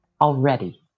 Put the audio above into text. already